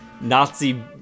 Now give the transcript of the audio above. Nazi